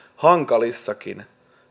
hankalissakin